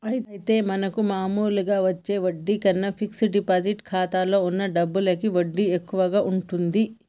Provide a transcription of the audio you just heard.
అయితే మనకు మామూలుగా వచ్చే వడ్డీ కన్నా ఫిక్స్ డిపాజిట్ ఖాతాలో ఉన్న డబ్బులకి వడ్డీ ఎక్కువగా ఉంటుంది